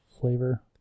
flavor